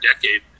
decade